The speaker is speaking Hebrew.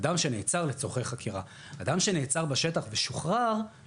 השוטר בשטח ועד